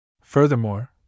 Furthermore